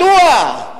מדוע?